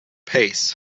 pace